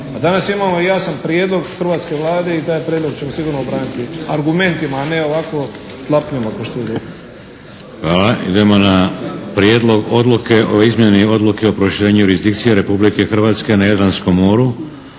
danas imamo i jasan prijedlog hrvatske Vlade i taj prijedlog ćemo sigurno obraniti, argumentima a ne ovako tlapnjama … /Govornik se ne razumije./ … **Šeks, Vladimir (HDZ)** Hvala. Idemo na Prijedlog odluke o izmjeni Odluke o proširenju jurisdikcije Republike Hrvatske na Jadranskom moru.